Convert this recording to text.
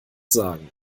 sagen